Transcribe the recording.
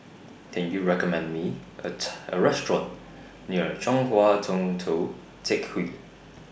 Can YOU recommend Me A A Restaurant near Chong Hua Tong Tou Teck Hwee